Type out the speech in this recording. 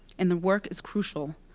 and the work is crucial,